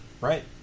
Right